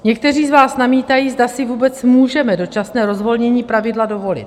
Někteří z vás namítají, zda si vůbec můžeme dočasné rozvolnění pravidla dovolit.